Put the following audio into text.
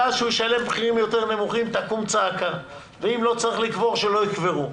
ואז תקום צעקה, ואם לא צריך לקבור, שלא יקברו.